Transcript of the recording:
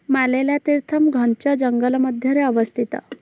ମାଲେଲା ତୀର୍ଥମ୍ ଘଞ୍ଚ ଜଙ୍ଗଲ ମଧ୍ୟରେ ଅବସ୍ଥିତ